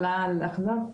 את יכולה לחזור עליה?